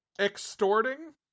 Extorting